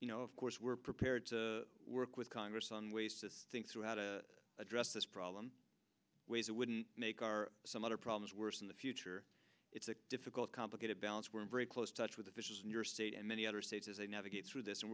you know of course we're prepared to work with congress on ways to think through how to address this problem ways that wouldn't make our some other problems worse in the future it's a difficult complicated balance we're in very close touch with officials in your state and many other states as they navigate through this and